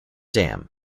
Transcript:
dam